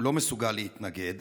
הוא לא מסוגל להתנגד,